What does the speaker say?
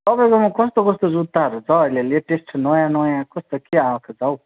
तपाईँकोमा कस्तो कस्तो जुत्ताहरू छ अहिले लेटेस्ट नयाँ नयाँ कस्तो के आएको छ हौ